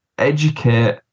educate